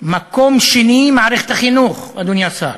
מקום שני, מערכת החינוך, אדוני השר.